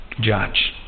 judge